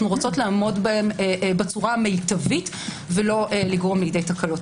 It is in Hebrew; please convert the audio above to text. רוצות לעמוד בהן בצורה המיטבית ולא לגרום לידי תקלות.